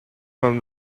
from